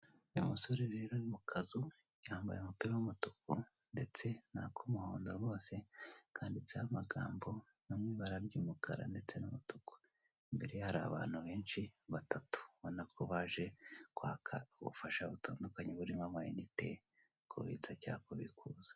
Uyu musore rero uri mu kazu yambaye umupira w'umutuku ndetse ni ak'umuhondo rwose kanditse amagambo ari mu ibara ry'umukara ndetse n'umutuku, imbere ye hari abantu benshi batatu ubona ko baje kwaka ubufasha butandukanye burimo amainite kubitsa cyangwa kubikuza.